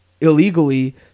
Illegally